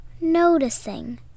noticing